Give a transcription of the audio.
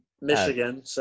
Michigan